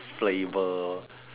flavour